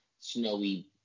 snowy